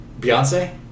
Beyonce